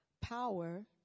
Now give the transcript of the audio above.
power